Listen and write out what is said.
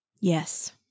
Yes